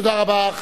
תודה רבה.